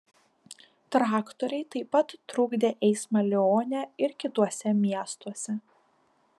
traktoriai taip pat trukdė eismą lione ir kituose miestuose